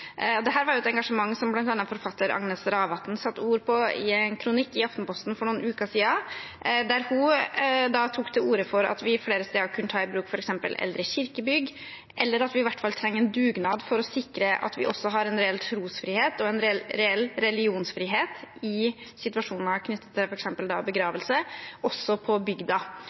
et engasjement som bl.a. forfatter Agnes Ravatn satte ord på i en kronikk i Aftenposten for noen uker siden, der hun tok til orde for at vi flere steder kunne ta i bruk f.eks. eldre kirkebygg, eller at vi i hvert fall trenger en dugnad for å sikre at vi også har en reell trosfrihet og en reell religionsfrihet i situasjoner knyttet til f.eks. begravelse, også på bygda.